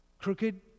crooked